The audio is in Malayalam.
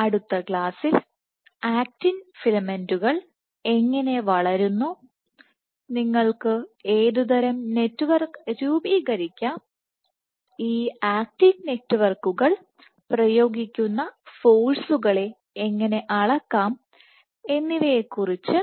അതിനാൽ അടുത്ത ക്ലാസ്സിൽ ആക്റ്റിൻഫിലമെന്റുകൾഎങ്ങനെ വളരുന്നു നിങ്ങൾക്ക് ഏതുതരം നെറ്റ്വർക്ക് രൂപീകരിക്കാം ഈ ആക്റ്റിൻ നെറ്റ്വർക്കുകൾ പ്രയോഗിക്കുന്ന ഫോഴ്സുകളെ എങ്ങനെ അളക്കാം എന്നിവയെക്കുറിച്ചു